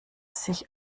sich